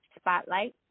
Spotlight